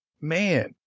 Man